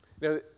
Now